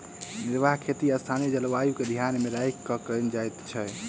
निर्वाह खेती स्थानीय जलवायु के ध्यान मे राखि क कयल जाइत छै